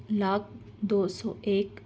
لاکھ دو سو ایک